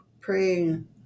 praying